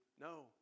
No